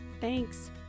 Thanks